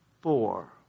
four